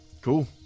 Cool